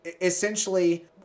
Essentially